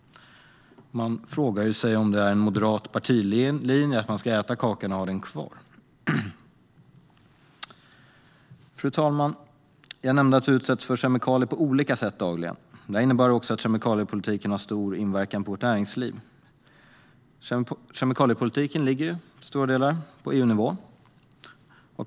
Man kan fråga sig om det är en moderat partilinje att man ska äta kakan och ha den kvar. Fru talman! Jag nämnde att vi utsätts för kemikalier på olika sätt dagligen. Det innebär också att kemikaliepolitiken har stor inverkan på vårt näringsliv. Kemikaliepolitiken ligger till stora delar på EU-nivå.